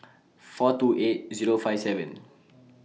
four two eight Zero five seven